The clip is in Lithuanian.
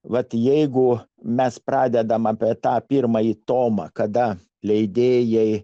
vat jeigu mes pradedame apie tą pirmąjį tomą kada leidėjai